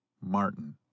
Martin